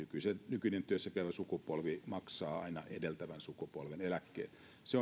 nykyinen työssäkäyvä sukupolvi maksaa aina edeltävän sukupolven eläkkeen se